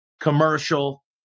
commercial